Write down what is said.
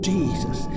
Jesus